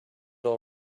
all